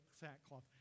sackcloth